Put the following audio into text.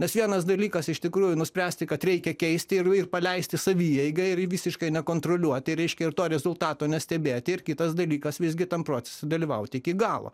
nes vienas dalykas iš tikrųjų nuspręsti kad reikia keisti ir ir paleisti savieigai ir visiškai nekontroliuoti reiškia ir to rezultato nestebėti ir kitas dalykas visgi tam procese dalyvauti iki galo